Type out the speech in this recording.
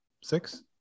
six